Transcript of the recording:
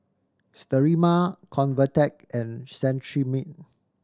Sterimar Convatec and Cetrimide